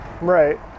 Right